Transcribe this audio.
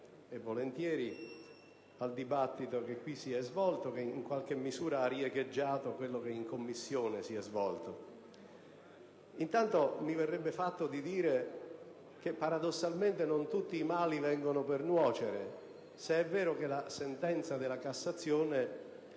e volentieri al dibattito che qui si è svolto e che in qualche misura ha riecheggiato quello che si è svolto in Commissione. Intanto mi verrebbe fatto di dire che, paradossalmente, non tutti i mali vengono per nuocere, se è vero che la sentenza della Cassazione,